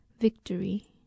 victory